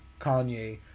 Kanye